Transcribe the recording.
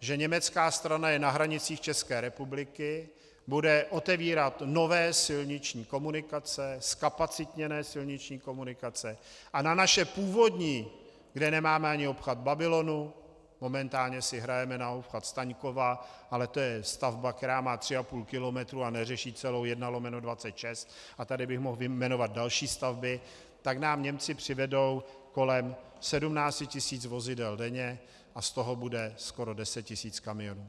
že německá strana je na hranicích České republiky, bude otevírat nové silniční komunikace, zkapacitněné silniční komunikace, a na naše původní, kde nemáme ani obchvat Babylonu, momentálně si hrajeme na obchvat Staňkova, ale to je stavba, která má tři a půl kilometru a neřeší celou I/26, a tady bych mohl vyjmenovat další stavby, tak nám Němci přivedou kolem 17 000 vozidel denně a z toho bude skoro 10 000 kamionů.